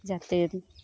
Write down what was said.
ᱡᱟᱛᱮᱧ